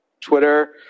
Twitter